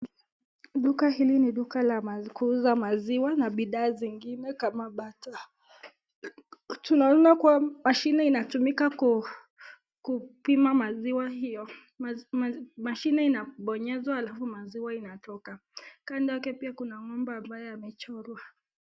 Duka hili ni duka la kuuza maziwa na bidhaa zingine kama butter .Tunaona kwamba mashine inatumika kupima maziwa hiyo mashine inabonyezwa alafu maziwa inatoka. Kando yake pia kuna ng'ombe amechorwa.